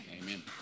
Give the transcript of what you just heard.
Amen